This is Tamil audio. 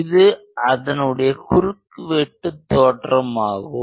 இது அதனுடைய குறுக்கு வெட்டு தோற்றம் ஆகும்